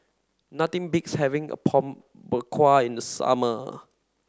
nothing beats having Apom Berkuah in the summer